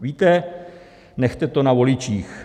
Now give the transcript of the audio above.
Víte, nechte to na voličích.